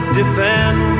defend